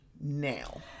now